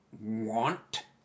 want